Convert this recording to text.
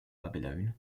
babylon